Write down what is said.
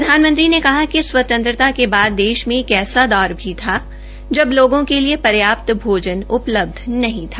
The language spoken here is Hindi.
प्रधानमंत्री ने कहा कि स्वतंत्रता के बाद देश में एक ऐसा दौर भी था जब लोगों के लिए र्याप्त भोजन उ लब्ध नहीं था